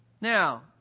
Now